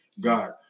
God